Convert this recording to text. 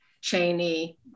Cheney